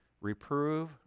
Reprove